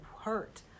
hurt